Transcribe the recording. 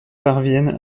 parviennent